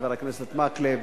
חבר הכנסת מקלב.